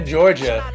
Georgia